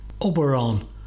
Oberon